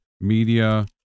media